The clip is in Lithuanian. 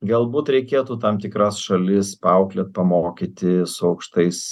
galbūt reikėtų tam tikras šalis paauklėt pamokyti su aukštais